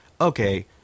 okay